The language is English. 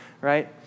Right